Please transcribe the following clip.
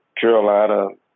Carolina